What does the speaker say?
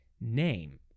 name